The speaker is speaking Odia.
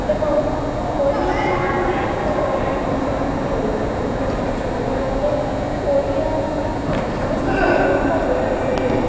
ଏବଂ ପରିବର୍ତ୍ତନ ଯଦି ଦେଖିବା ତେବେ ବିଭିନ୍ନ ପ୍ରକାରରେ ପରିବର୍ତ୍ତନ ମଧ୍ୟ ଘଟିଛି ଆଗକାଳରେ ଓଡ଼ିଆ ଆମେ ସମସ୍ତେ ବହୁତ ଓଡ଼ିଆ ଭାଷା କହୁ